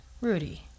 Rudy